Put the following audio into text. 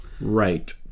Right